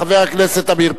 חבר הכנסת עמיר פרץ.